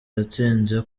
yatsinze